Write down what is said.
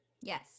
Yes